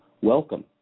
Welcome